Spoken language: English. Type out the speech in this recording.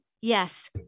yes